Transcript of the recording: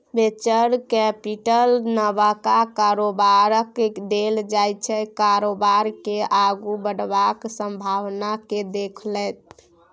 venture capital नबका कारोबारकेँ देल जाइ छै कारोबार केँ आगु बढ़बाक संभाबना केँ देखैत